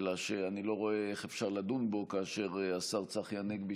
אלא שאני לא רואה איך אפשר לדון בו כאשר השר צחי הנגבי,